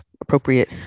appropriate